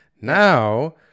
Now